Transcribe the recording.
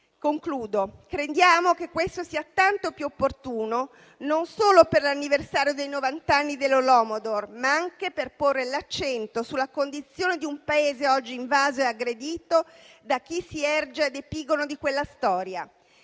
Concludendo, crediamo che questo sia tanto più opportuno, non solo per l'anniversario dei novanta anni dall'Holodomor, ma anche per porre l'accento sulla condizione di un Paese oggi invaso e aggredito da chi si erge ad epigono di quella storia.